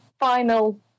final